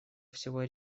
всего